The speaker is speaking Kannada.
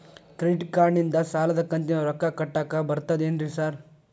ಕ್ರೆಡಿಟ್ ಕಾರ್ಡನಿಂದ ಸಾಲದ ಕಂತಿನ ರೊಕ್ಕಾ ಕಟ್ಟಾಕ್ ಬರ್ತಾದೇನ್ರಿ ಸಾರ್?